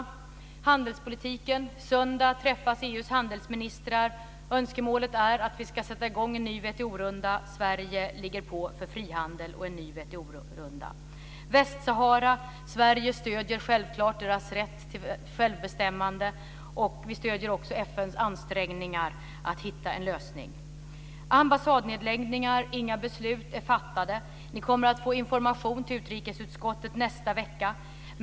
När det gäller handelspolitiken träffas EU:s handelsministrar på söndag. Önskemålet är att vi ska sätta i gång en ny WTO-runda. Sverige ligger på för frihandel och en ny WTO-runda. När det gäller Västsahara stöder Sverige självklart Västsaharas rätt till självbestämmande. Vi stödjer också FN:s ansträngningar att hitta en lösning. När det gäller ambassadnedläggningar är inga beslut fattade. Ni kommer att få information till utrikesutskottet nästa vecka.